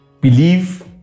believe